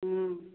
हम्म